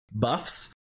Buffs